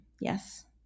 Yes